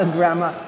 Grandma